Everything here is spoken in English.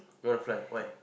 wanna fly why